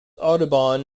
audubon